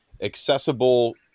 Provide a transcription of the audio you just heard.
accessible